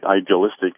idealistic